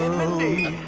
ah mindy,